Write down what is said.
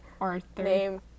Arthur